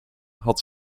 had